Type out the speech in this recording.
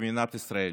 במדינת ישראל: